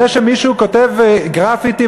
זה שמישהו כותב גרפיטי,